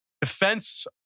defense